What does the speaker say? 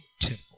temple